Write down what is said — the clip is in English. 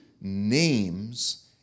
names